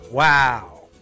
wow